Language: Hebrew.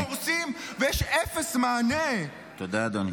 -- עסקים קורסים, ויש אפס מענה -- תודה אדוני.